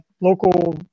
local